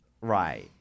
Right